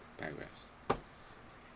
paragraphs